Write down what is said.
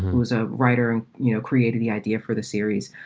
who was a writer, you know, created the idea for the series.